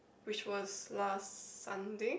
which was last Sunday